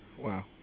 Wow